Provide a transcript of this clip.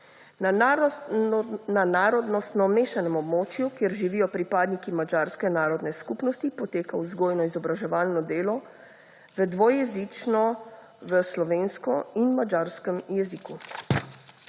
Na narodnostno mešanem območju, kjer živijo pripadniki madžarske narodne skupnosti, poteka vzgojno-izobraževalno delo dvojezično – v slovenskem in madžarskem jeziku.